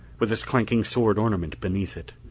with his clanking sword ornament beneath it.